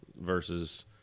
versus